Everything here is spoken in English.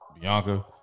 Bianca